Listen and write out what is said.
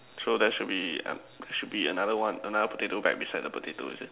so there should be an~ should be another one other potato bag beside the potato is it